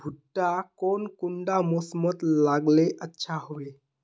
भुट्टा कौन कुंडा मोसमोत लगले अच्छा होबे?